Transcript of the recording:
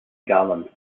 garland